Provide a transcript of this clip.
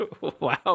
wow